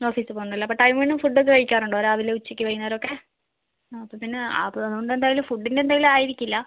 ഓഫീസിൽ പോവുന്നുണ്ടല്ലേ അപ്പം ടൈമിന് ഫുഡ് ഒക്കെ കഴിക്കാറുണ്ടോ രാവിലെ ഉച്ചയ്ക്ക് വൈകുന്നേരൊക്കെ അപ്പം പിന്നെ അതുകൊണ്ടെന്തായാലും ഫുഡിൻ്റെ എന്തായാലും ആയിരിക്കില്ല